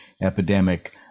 epidemic